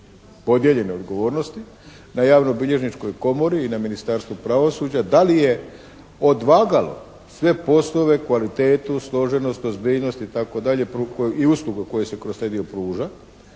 podijeljene odgovornosti na javnobilježničkoj komori i na Ministarstvu pravosuđa, da li je odvagalo sve poslove, kvalitetu, složenost, ozbiljnost, itd., i uslugu koju se kroz taj dio pruža